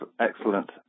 excellent